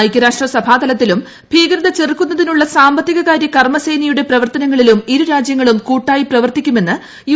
ഐക്യരാഷ്ട്രസഭാതലത്തിലും ഭീകരതചെറുക്കുന്നതിനുള്ള സാമ്പത്തികകാര്യ കർമ്മസേനയുടെ പ്രവർത്തനങ്ങളിലും ഇരുരാജ്യങ്ങളും കൂട്ടായി പ്രവർത്തിക്കുമെന്ന് യു